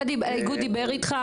האיגוד דיבר אתך?